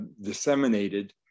disseminated